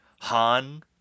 Han